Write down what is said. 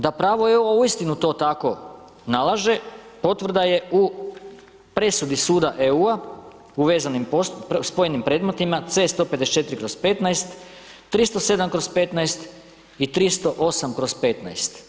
Da pravo EU-a uistinu to tako nalaže potvrda je u presudi suda EU-a u vezanim, spojenim predmetima C-154/15, 307/15 i 308/15.